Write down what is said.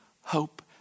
hope